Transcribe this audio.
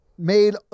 Made